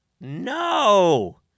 no